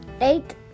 Eight